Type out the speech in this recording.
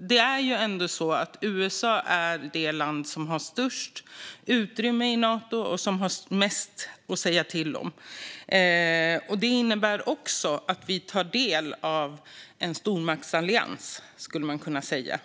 Det är ändå så att USA är det land som har störst utrymme i Nato och mest att säga till om. Det innebär att vi tar del av en stormaktsallians, skulle man kunna säga.